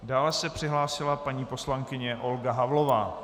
Dále se přihlásila paní poslankyně Olga Havlová.